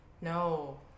No